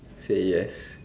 say yes